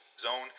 zone